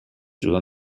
through